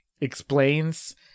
explains